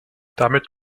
damit